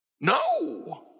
no